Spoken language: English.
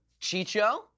Chicho